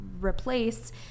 replace